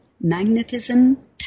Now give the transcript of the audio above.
magnetism